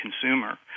consumer